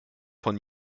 von